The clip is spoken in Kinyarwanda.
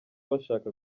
bashaka